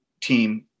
team